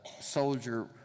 soldier